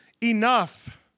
Enough